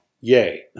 Yay